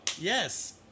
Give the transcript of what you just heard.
Yes